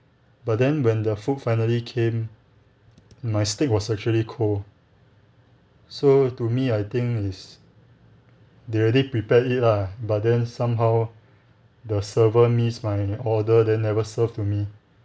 but then when the food finally came my steak was actually cold so to me I think is they already prepared it lah but then somehow the server missed my order then never serve to me